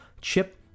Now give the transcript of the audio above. Chip